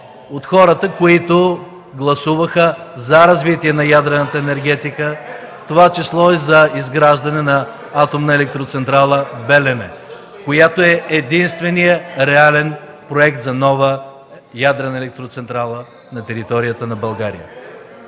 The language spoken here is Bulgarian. от хората, които гласуваха „за” развитие на ядрената енергетика, в това число и за изграждане на атомна електроцентрала „Белене”, която е единственият реален проект за нова ядрена електроцентрала на територията на България.